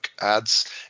ads